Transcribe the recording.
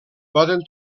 poden